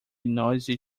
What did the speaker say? noisy